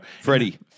Freddie